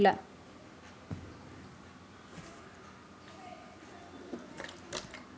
आपल्या कर्जाचे तपशिल बघण्यासाठी नवीन जवळच्या बँक शाखेत गेला